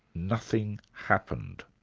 nothing happened.